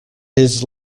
his